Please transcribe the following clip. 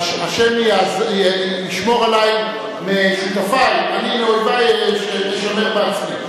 שהשם ישמור עלי משותפי, אני מאויבי אשמר בעצמי.